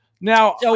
now